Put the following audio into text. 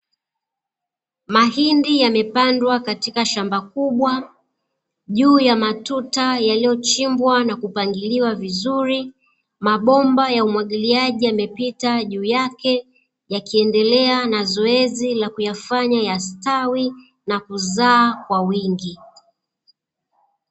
Mahindi yamepandwa katika shamba kubwa, juu ya matuta yaliyochimbwa na kupangiliwa vizuri, mabomba ya umwagiliaji yamepita juu yake, yakiendelea na zoezi la kuyafanya yastawi, na kuzaa kwa wingi.